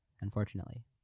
unfortunately